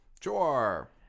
Sure